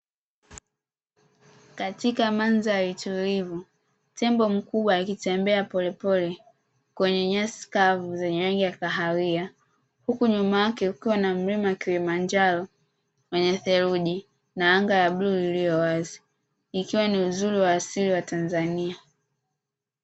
Katika mandhari tulivu tembo mkubwa akitembea polepole kwenye nyasi kavu zenye rangi ya kahawia, huku nyuma yake kukiwa na mlima wa Kilimanjaro wenye theluji na anga ya bluu llililo wazi ikiwa ni uzuri wa asili wa Tanzania.